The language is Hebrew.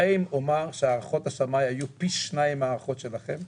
אטעה אם אומר שהערכות השמאי היו פי 2 מההערכות שלכם?